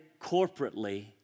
corporately